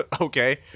Okay